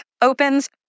opens